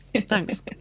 Thanks